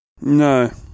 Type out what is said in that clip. No